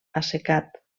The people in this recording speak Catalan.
assecat